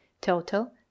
Total